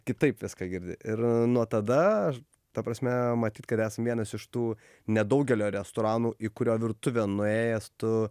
kitaip viską girdi ir nuo tada a ta prasme matyt kad esam vienas iš tų nedaugelio restoranų į kurio virtuvę nuėjęs tu